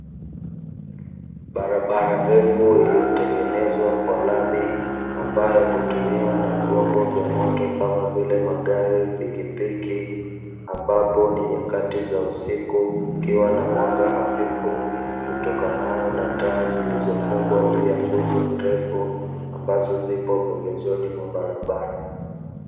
Barabara refu iliyotengenezwa kwa rami ambayo hutumiwa na vyombo vya moto kama vile, magari ,piki piki ambapo ni nyakati za usiku kukiwa na mwanga hafifu utokanao na taa zilizofungwa juu ya nguzo ndefu ambazo zipo pembezoni mwa barabara.